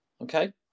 Okay